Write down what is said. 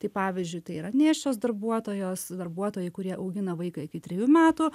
tai pavyzdžiui tai yra nėščios darbuotojos darbuotojai kurie augina vaiką iki trejų metų